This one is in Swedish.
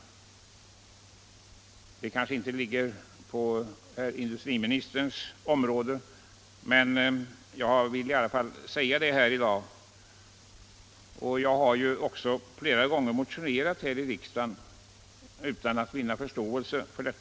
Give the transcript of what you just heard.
Den frågan kanske inte faller inom industriministerns område, men jag vill ändå nämna den här i dag. Jag har också vid flera tillfällen här i riksdagen motionerat i den frågan utan att vinna någon förståelse för den.